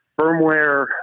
firmware